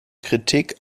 kritik